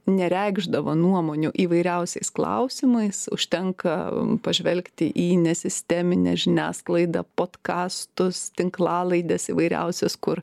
nereikšdavo nuomonių įvairiausiais klausimais užtenka pažvelgti į nesisteminę žiniasklaidą podkastus tinklalaides įvairiausias kur